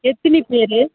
எத்தினி பேர்